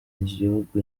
igihugu